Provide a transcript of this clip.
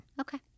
Okay